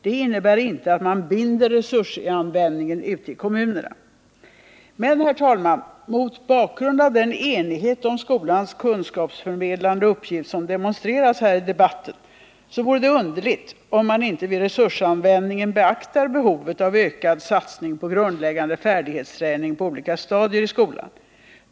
Det innebär inte att man binder resursanvändningen ute i kommunerna. Men, herr talman, mot bakgrund av den enighet om skolans kunskapsförmedlande uppgift som demonstreras i den här debatten vore det underligt om man inte vid resursanvändningen beaktade behovet av ökad satsning på grundläggande färdighetsträning på olika stadier i skolan.